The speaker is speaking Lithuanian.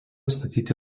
statyti